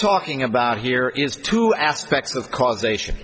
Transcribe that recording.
talking about here is two aspects of causation